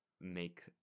make